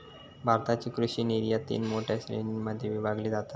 भारताची कृषि निर्यात तीन मोठ्या श्रेणीं मध्ये विभागली जाता